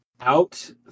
out